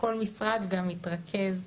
שכל משרד גם יתרכז